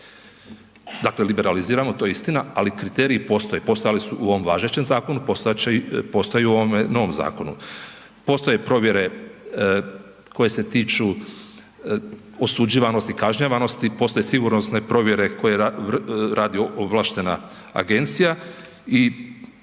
Dakle liberaliziramo to je istina, ali kriteriji postoje, postojali su u ovom važećem zakonu, postojat će, postoje i u ovome novom zakonu. Postoje provjere koje se tiču osuđivanosti i kažnjavanosti, postoje sigurnosne provjere koje radi ovlaštena agencija i